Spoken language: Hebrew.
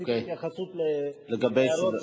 רצית התייחסות, כן.